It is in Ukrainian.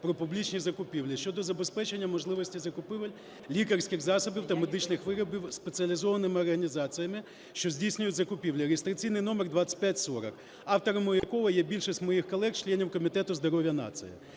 "Про публічні закупівлі" щодо забезпечення можливості закупівель лікарських засобів та медичних виробів спеціалізованими організаціями, що здійснюють закупівлі (реєстраційний номер 2540), авторами якого є більшість моїх колег - членів Комітету здоров'я нації.